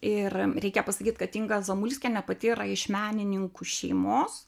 ir reikia pasakyt kad inga zamulskienė pati yra iš menininkų šeimos